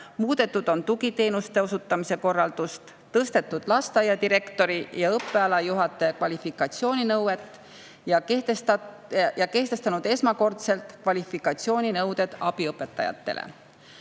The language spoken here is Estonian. muudetud on tugiteenuste osutamise korraldust, tõstetud lasteaiadirektori ja õppealajuhataja kvalifikatsiooni nõuet ja kehtestatud esmakordselt kvalifikatsiooninõuded abiõpetajatele.